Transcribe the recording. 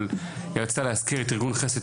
אבל היא רצתה להזכיר את ארגון חסד,